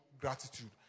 gratitude